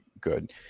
Good